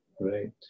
Right